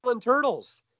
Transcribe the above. Turtles